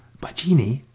by genie,